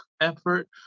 effort